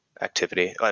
activity